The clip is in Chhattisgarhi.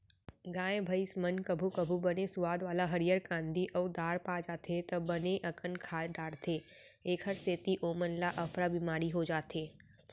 गाय भईंस मन कभू कभू बने सुवाद वाला हरियर कांदी अउ दार पा जाथें त बने अकन खा डारथें एकर सेती ओमन ल अफरा बिमारी हो जाथे